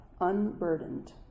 unburdened